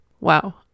Wow